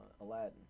Aladdin